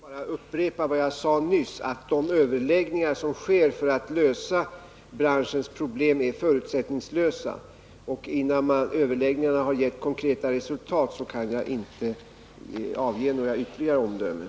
Herr talman! Jag vill då bara upprepa vad jag sade nyss, att de överläggningar som sker för att lösa branschens problem är förutsättningslösa, och innan överläggningarna givit konkreta resultat kan jag inte avge några ytterligare omdömen.